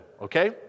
okay